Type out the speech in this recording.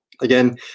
Again